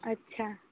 अच्छा